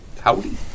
Howdy